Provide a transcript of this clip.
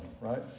right